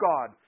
God